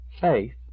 faith